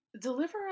deliver